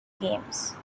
games